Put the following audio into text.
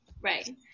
Right